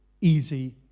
easy